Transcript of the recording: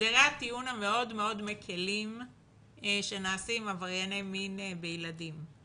הסדרי הטיעון המאוד מאוד מקלים שנעשים עם עברייני מין בילדים.